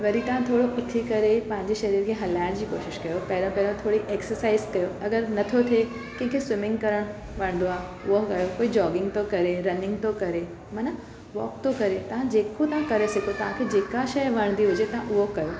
वरी तव्हां थोड़ो उथी करे पंहिंजे शरीर खे हलाइण जी कोशिशि कयो पहिरियों पहिरियों थोरी एक्सरसाइज़ कयो अगरि नथो कंहिंखे स्विमिंग करणु वणंदो आहे उहा कयो कोई जॉगिंग तो करे रनिंग तो करे माना वॉक तो करे तव्हां जेको तव्हां करे सघो तव्हांखे जेका शइ वणदी हुजे तव्हां उहो कयो